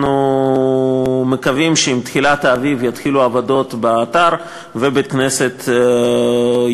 אנחנו מקווים שעם תחילת האביב יתחילו עבודות באתר ובית-הכנסת יגודר.